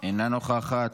אינה נוכחת,